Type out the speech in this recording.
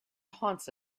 haunts